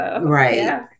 right